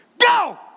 go